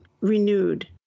renewed